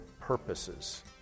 purposes